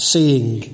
Seeing